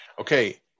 okay